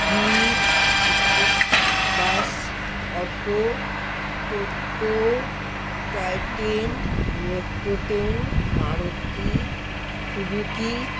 zip state bus auto টোটো toy train metro train Maruti Suzuki